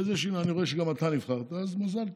הינה, אני רואה שגם אתה נבחרת, אז מזל טוב.